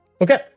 Okay